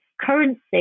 currency